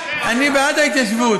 אני בעד ההתיישבות.